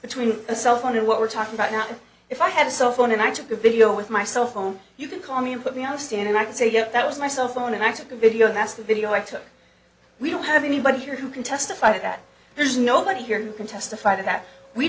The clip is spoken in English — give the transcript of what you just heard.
between a cell phone and what we're talking about now if i have a cell phone and i took a video with my cell phone you can call me and put me on the stand and i can say yes that was my cell phone and i took a video and that's the video i took we don't have anybody here who can testify that there's nobody here who can testify to that we